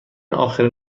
آخرین